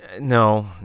no